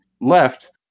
left